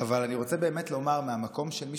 אני לא יודע על מה הוא קיבל את הדוקטורט.